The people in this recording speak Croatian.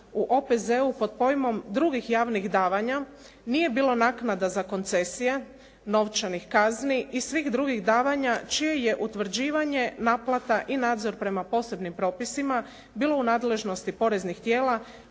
u OPZ-u pod pojmom "Drugih javnih davanja", nije bilo naknada za koncesije, novčanih kazni i svih drugih davanja čije je utvrđivanje, naplata i nadzor prema posebnim propisima bilo u nadležnosti poreznih tijela